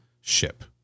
ship